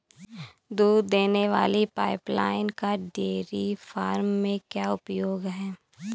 दूध देने वाली पाइपलाइन का डेयरी फार्म में क्या उपयोग है?